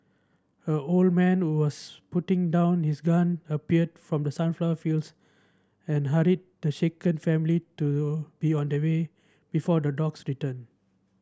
a old man was putting down his gun appeared from the sunflower fields and hurried the shaken family to be on their way before the dogs return